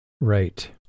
Right